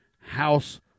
House